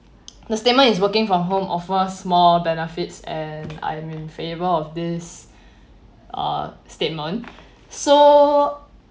the statement is working from home offers more benefits and I'm in favor of this uh statement so